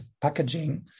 packaging